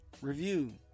review